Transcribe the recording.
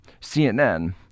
CNN